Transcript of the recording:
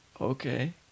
Okay